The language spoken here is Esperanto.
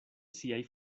siaj